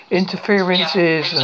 interferences